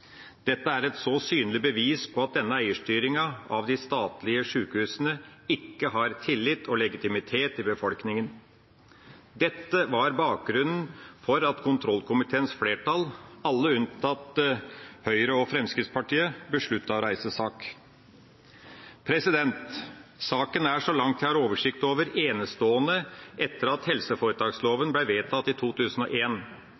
Dette er et så synlig bevis på at denne eierstyringa av de statlige sjukehusene ikke har tillit og legitimitet i befolkninga. Dette var bakgrunnen for at kontrollkomiteens flertall – alle unntatt Høyre og Fremskrittspartiet – besluttet å reise sak. Saken er, så langt jeg har oversikt over, enestående etter at helseforetaksloven ble vedtatt i